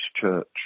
church